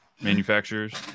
manufacturers